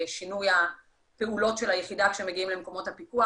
שינוי פעולות היחידה כשמגיעים למקומות הפיקוח